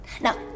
Now